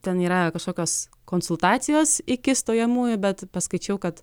ten yra kažkokios konsultacijos iki stojamųjų bet paskaičiau kad